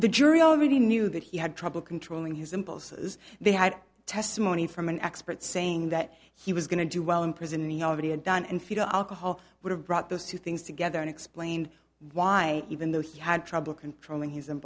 the jury already knew that he had trouble controlling his impulses they had testimony from an expert saying that he was going to do well in prison he already had done and fetal alcohol would have brought those two things together and explained why even though he had trouble controlling